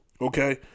okay